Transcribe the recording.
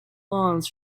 lawns